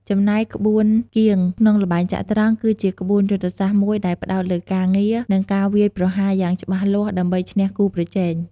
ចំណែក ក្បួនគៀង ក្នុងល្បែងចត្រង្គ គឺជាក្បួនយុទ្ធសាស្ត្រមួយដែលផ្តោតលើការពារ និងការវាយប្រហារយ៉ាងច្បាស់លាស់ ដើម្បីឈ្នះគូប្រជែង។